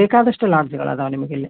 ಬೇಕಾದಷ್ಟು ಲಾಡ್ಜ್ಗಳು ಅದಾವು ನಿಮ್ಗೆ ಇಲ್ಲಿ